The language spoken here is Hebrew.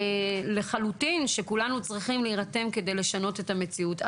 כולנו צריכים להירתם כדי לשנות את המציאות.